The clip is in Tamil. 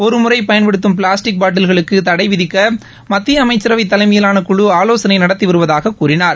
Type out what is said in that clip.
ஒருமுறை பயன்படுத்தும் பிளாஸடிக் பாட்டில்களுக்கு தடை விதிக்க மத்திய அமைச்சரவை தலைமையிலான குழு ஆலோசனை நடத்தி வருவதாக கூறினார்